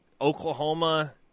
Oklahoma